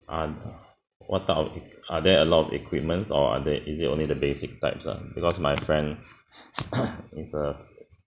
are what type of eq~ are there a lot of equipment or are there is it only the basic types ah because my friend is a